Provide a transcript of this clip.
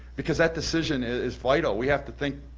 because that decision is vital. we have to think,